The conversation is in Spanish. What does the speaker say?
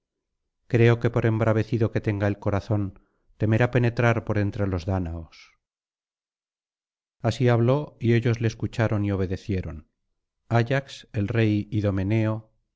creo que por embravecido que tenga el corazón temerá penetrar por entre los dánaos así habló y ellos le escucharon y obedecieron ayax el rey idomeneo